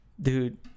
Dude